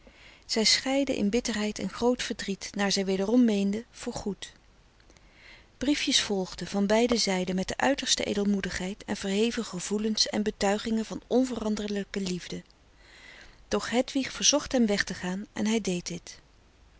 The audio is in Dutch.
zij scheidden in bitterheid en groot verdriet naar zij wederom meenden voor goed briefjes volgden van beide zijden met de uiterste edelmoedigheid en verheven gevoelens en betuigingen frederik van eeden van de koele meren des doods van onveranderlijke liefde doch hedwig verzocht hem weg te gaan en hij deed dit